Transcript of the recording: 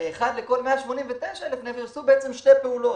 ל-1 לכל 189,000 נפש, עשו בעצם שתי פעולות: